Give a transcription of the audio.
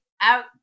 out